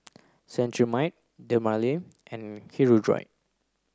Cetrimide Dermale and Hirudoid